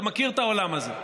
אתה מכיר את העולם הזה.